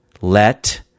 let